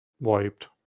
wiped